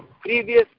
previous